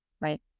Right